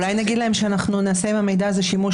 אולי נגיד להם שאנחנו נעשה עם המידע הזה שימוש